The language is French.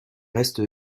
reste